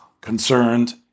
concerned